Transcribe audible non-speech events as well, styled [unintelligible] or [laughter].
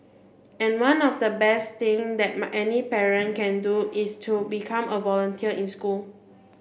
and one of the best thing that [unintelligible] any parent can do is to become a volunteer in school